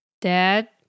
Dad